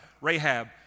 Rahab